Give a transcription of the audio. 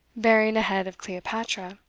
bearing a head of cleopatra.